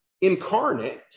incarnate